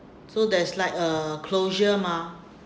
so that is like a closure mah